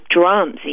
drums